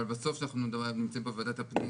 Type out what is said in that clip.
אבל בסוף כשאנחנו נמצאים בוועדת הפנים